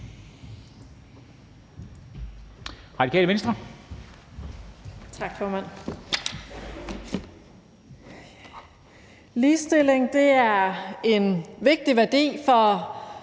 Ligestilling er en vigtig værdi for